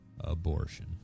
abortion